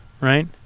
right